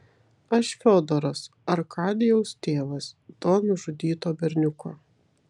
aš fiodoras arkadijaus tėvas to nužudyto berniuko